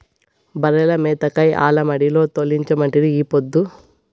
బర్రెల మేతకై ఆల మడిలో తోలించమంటిరి ఈ పొద్దు